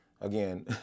again